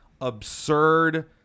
absurd